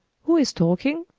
who is talking?